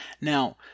Now